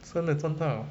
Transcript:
真的赚到